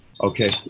Okay